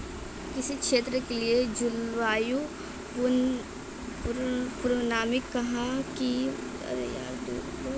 किसी क्षेत्र के लिए जलवायु पूर्वानुमान वहां की दीर्घकालिक मौसमी दशाओं से लगाते हैं